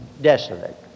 desolate